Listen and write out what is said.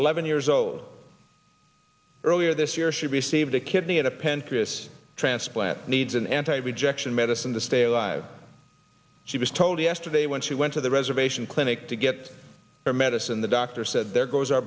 eleven years old earlier this year she received a kidney and a pen chris transplant needs an anti rejection medicine to stay alive she was told yesterday when she went to the reservation clinic to get her medicine the doctor said there goes our